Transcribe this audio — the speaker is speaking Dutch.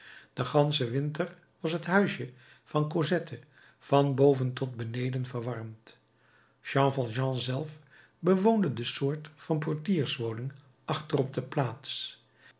den ganschen winter was het huisje van cosette van boven tot beneden verwarmd jean valjean zelf bewoonde de soort van portierswoning achter op de plaats